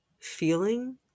feeling